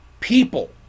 people